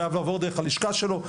חייב לעבור דרך הלשכה שלו,